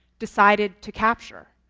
decided to capture.